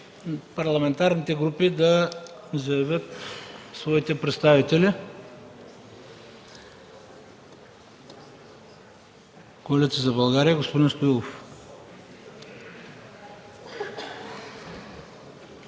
парламентарните групи да заявят своите представители. От Коалиция за България – господин Стоилов.